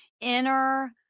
inner